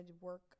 work